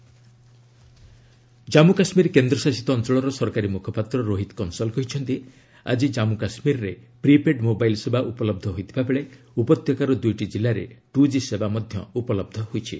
JK internet Jammu Kashmir କେନ୍ଦ୍ରଶାସିତ ଅଞ୍ଚଳର ସରକାରୀ ମୁଖପାତ୍ର ରୋହିତ କଂସଲ୍ କହିଛନ୍ତି ଆଜି ଜମ୍ମୁ କାଶ୍ମୀରେ ପ୍ରି ପେଡ୍ ମୋବାଇଲ୍ ସେବା ଉପଲବ୍ଧ ହୋଇଥିବାବେଳେ ଉପତ୍ୟକାର ଦୁଇଟି କିଲ୍ଲାରେ ଟୁ ଜି ସେବା ଉପଲବ୍ଧ ହୋଇଛି